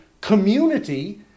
community